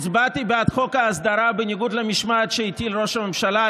הצבעתי בעד חוק ההסדרה בניגוד למשמעת שהטיל ראש הממשלה,